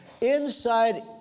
inside